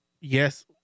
Yes